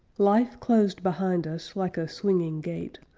life closed behind us like a swinging gate,